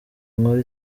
nkore